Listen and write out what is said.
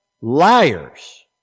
liars